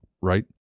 right